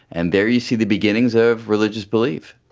and there you see the beginnings of religious belief.